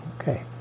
okay